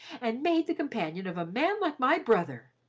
and made the companion of a man like my brother!